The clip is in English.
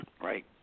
Right